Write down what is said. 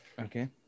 Okay